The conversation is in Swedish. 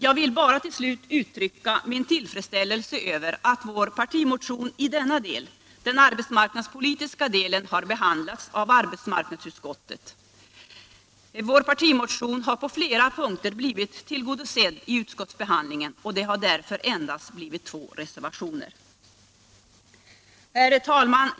Jag vill till slut bara uttrycka min tillfredsställelse över att vår partimotion i denna del, den arbetsmarknadspolitiska delen som har behandlats av arbetsmarknadsutskottet, på flera punkter blivit tillgodosedd i utskottsbehandlingen. Det har därför endast blivit två reservationer.